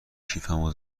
کیفمو